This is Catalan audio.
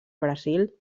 brasil